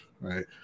Right